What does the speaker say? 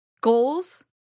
Goals